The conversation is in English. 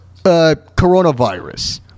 coronavirus